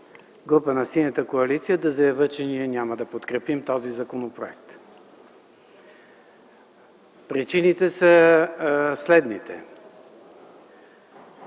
група на Синята коалиция, за да заявя, че ние няма да подкрепим този законопроект. Причините са следните.